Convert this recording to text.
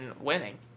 winning